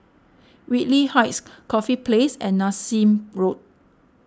Whitley Heights Corfe Place and Nassim Road